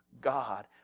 God